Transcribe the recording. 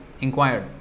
inquired